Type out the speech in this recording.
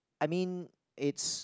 I mean it's